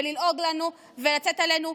וללעוג לנו ולצאת עלינו.